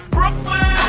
Brooklyn